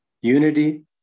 unity